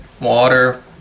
water